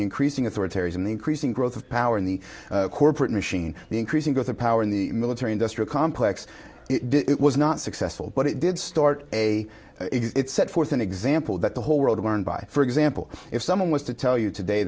increasing authoritarian increasing growth of power in the corporate machine the increasing growth of power in the military industrial complex it was not successful but it did start a set forth an example that the whole world learned by for example if someone was to tell you today